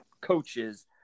coaches